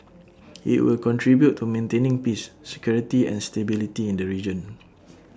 IT will contribute to maintaining peace security and stability in the region